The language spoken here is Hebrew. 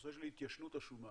הנושא של התיישנות השומה.